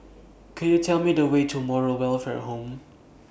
Could YOU Tell Me The Way to Moral Welfare Home